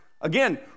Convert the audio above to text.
Again